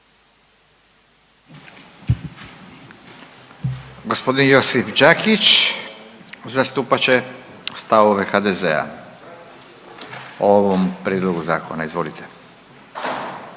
Gospodin Josip Đakić zastupat će stavove HDZ-a o ovom prijedlogu zakona, izvolite.